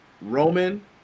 Roman